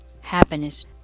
happiness